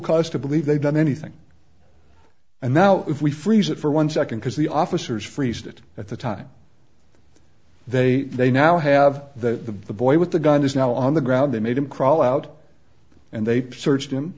cause to believe they've done anything and now if we freeze it for one second because the officers freezed it at the time they they now have the boy with the gun is now on the ground they made him crawl out and they searched him